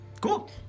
Cool